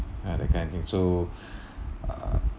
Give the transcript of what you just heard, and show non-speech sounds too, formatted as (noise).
ya that kind of thing so (breath) uh